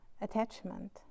attachment